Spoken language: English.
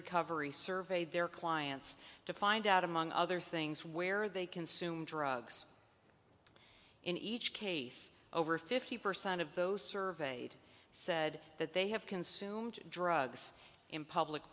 recovery survey their clients to find out among other things where they consume drugs in each case over fifty percent of those surveyed said that they have consumed drugs in public